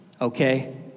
okay